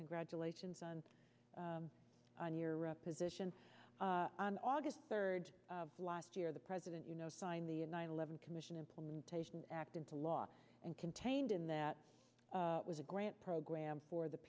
congratulations on on your up position on august third last year the president you know signed the nine eleven commission implementation act into law and contained in that was a grant program for the